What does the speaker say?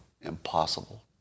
Impossible